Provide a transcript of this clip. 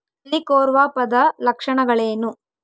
ಹೆಲಿಕೋವರ್ಪದ ಲಕ್ಷಣಗಳೇನು?